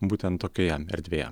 būtent tokioje erdvėje